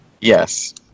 Yes